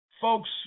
folks